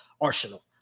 arsenal